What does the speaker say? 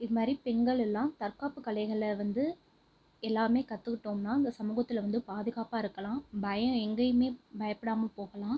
இது மாதிரி பெண்கள் எல்லாம் தற்காப்பு கலைகளை வந்து எல்லாமே கற்றுக்கிட்டோம்னா இந்த சமூகத்தில் வந்து பாதுகாப்பாக இருக்கலாம் பயம் எங்கேயுமே பயப்படாமல் போகலாம்